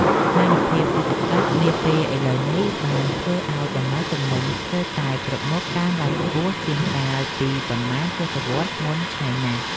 ស្ថានភាពសេដ្ឋកិច្ចនាពេលឥឡូវនេះបានធ្វើឱ្យតម្លៃទំនិញស្ទើរតែគ្រប់មុខកើនឡើងខ្ពស់ជាងកាលពីប៉ុន្មានទសវត្សរ៍មុនឆ្ងាយណាស់។